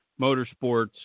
Motorsports